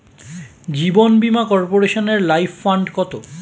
জীবন বীমা কর্পোরেশনের life fund কত?